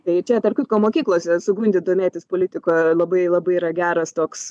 tai čia tarp kitko mokyklose sugundyt domėtis politika labai labai yra geras toks